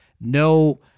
no